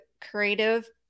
creative